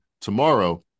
tomorrow